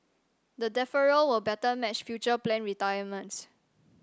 the deferral will better match future planned retirements